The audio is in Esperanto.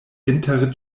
inter